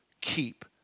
keep